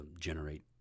generate